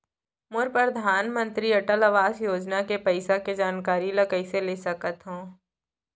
मोर परधानमंतरी अटल आवास योजना के पइसा के जानकारी ल कइसे ले सकत हो?